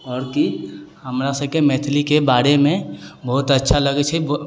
आओर कि हमरासबके मैथिलीके बारेमे बहुत अच्छा लगै छै